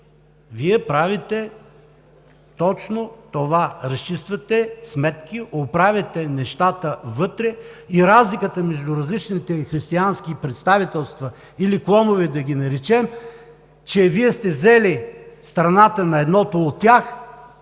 Вие правите точно това – разчиствате сметки, оправяте нещата вътре. Разликата между различните християнски представителства или клонове, да ги наречем, е, че Вие сте взели страната на едното от тях,